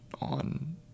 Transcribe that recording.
on